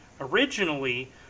originally